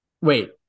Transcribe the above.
Wait